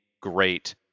great